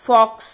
Fox